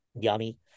yummy